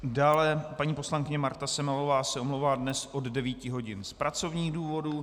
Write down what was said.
Dále paní poslankyně Marta Semelová se omlouvá dnes od 9.00 hodin z pracovních důvodů.